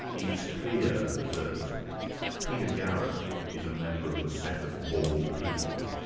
it's clear that peter garrett is a member of the set of bald people,